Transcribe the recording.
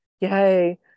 yay